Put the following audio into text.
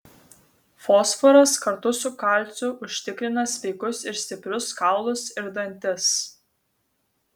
fosforas kartu su kalciu užtikrina sveikus ir stiprius kaulus ir dantis